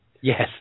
Yes